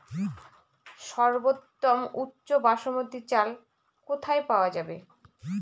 সর্বোওম উচ্চ বাসমতী চাল কোথায় পওয়া যাবে?